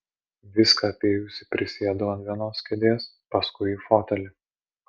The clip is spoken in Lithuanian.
viską apėjusi prisėdau ant vienos kėdės paskui į fotelį